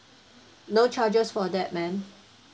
no charges for that madam